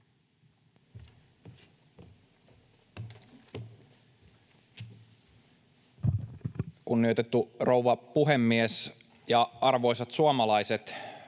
Kunnioitettu rouva puhemies! Arvoisat suomalaiset,